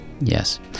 Yes